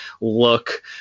look